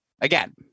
Again